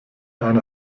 einer